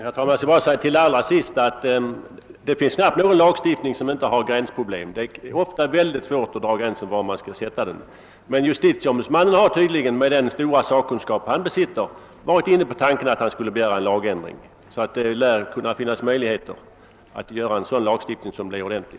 Herr talman! Jag vill bara till sist säga att det knappast finns någon lagstiftning som inte skapar gränsdragningsproblem. Det är ofta mycket svårt alt bestämma var man skall dra gränsen. Men justitieombudsmannen har med den stora sakkunskap han besitter varit inne på tanken att begära en lagändring. Det lär alltså finnas möjligheter att åstadkomma en sådan lagstiftning.